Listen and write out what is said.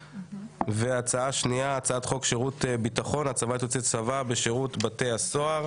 2. הצעת חוק שירות ביטחון (הצבת יוצאי צבא בשירות בתי הסוהר.